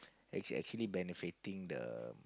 actual actually benefiting the